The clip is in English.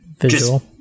visual